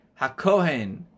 Hakohen